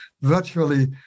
virtually